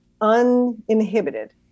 uninhibited